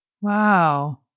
Wow